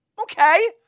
Okay